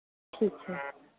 ठीक है